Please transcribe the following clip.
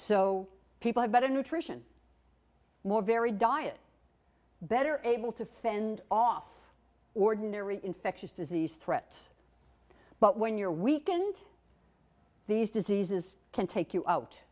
so people have better nutrition more very diet better able to fend off ordinary infectious disease threats but when your weekend these diseases can take you out